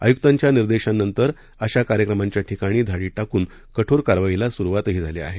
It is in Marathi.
आयुक्रांच्या निर्देशानंतर अशा कार्यक्रमांच्या ठिकाणी धाडी टाकून कठोर कारवाईला सुरुवातही झाली आहे